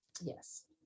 Yes